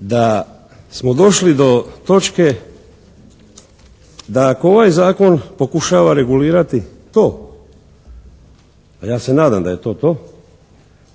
da smo došli do točke da ako ovaj Zakon pokušava regulirati to, a ja se nadam da je to to